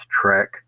track